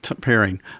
pairing